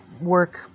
work